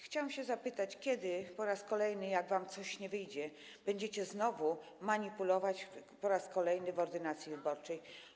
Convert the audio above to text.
Chciałam zapytać, kiedy po raz kolejny, jak wam coś nie wyjdzie, będziecie znowu manipulować - po raz kolejny - ordynacją wyborczą.